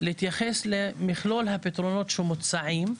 להתייחס למכלול הפתרונות שמוצעים.